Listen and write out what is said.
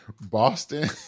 boston